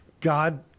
God